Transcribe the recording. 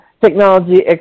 Technology